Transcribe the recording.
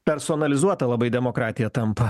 personalizuota labai demokratija tampa